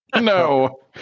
no